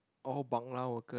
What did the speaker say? all Bangla worker